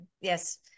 Yes